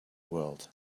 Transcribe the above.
world